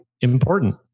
important